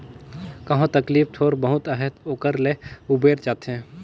कहो तकलीफ थोर बहुत अहे ओकर ले उबेर जाथे